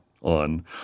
on